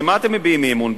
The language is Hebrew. במה אתם מביעים אי-אמון?